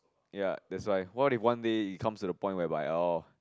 ya that's why what if one day it comes to a point whereby oh